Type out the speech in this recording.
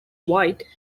white